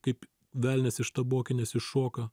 kaip velnias iš tabokinės iššoka